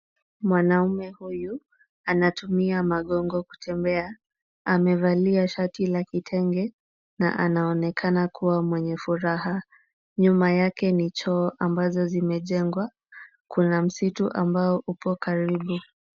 Mwanaume huyu, anatumia magongo kutembea. Amevalia shati la kitenge na anaonekana kuwa mwenye furaha, nyuma yake ni choo, ambazo zimejengwa, kuna msitu ambao upo karibu.